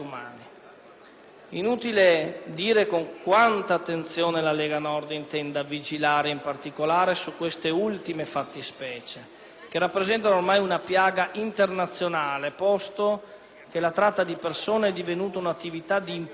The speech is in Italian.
Inutile dire con quanta attenzione la Lega Nord intenda vigilare in particolare su queste ultime fattispecie, che rappresentano ormai una piaga internazionale, posto che la tratta di persone è divenuta un'attività di impresa